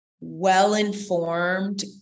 well-informed